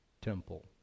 temple